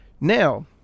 Now